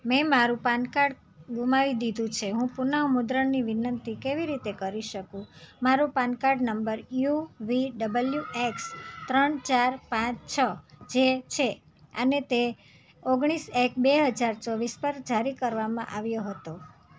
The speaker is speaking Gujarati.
મેં મારું પાન કાર્ડ ગુમાવી દીધું છે હું પુનઃમુદ્રણની વિનંતી કેવી રીતે કરી શકું મારું PAN card number U V W X ત્રણ ચાર પાંચ છ જે છે અને તે ઓગણીસ એક બે હજાર ચોવીસ પર જારી કરવામાં આવ્યો હતો